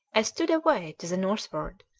i stood away to the northward,